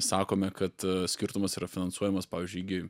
sakome kad skirtumas yra finansuojamas pavyzdžiui igi